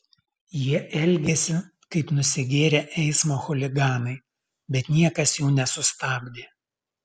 jie elgėsi kaip nusigėrę eismo chuliganai bet niekas jų nesustabdė